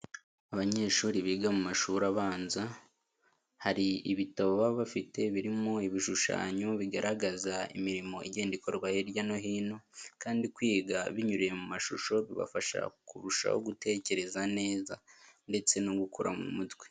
Abanyeshuri biga mu mashuri abanza, hari ibitabo baba bafite birimo ibishushanyo bigaragaza imirimo igenda ikorwa hirya no hino, kandi kwiga binyuriye mu mashusho, bibafasha kurushaho gutekereza neza ndetse no gukura mu mutwe.